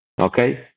Okay